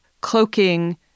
cloaking